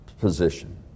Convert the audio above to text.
position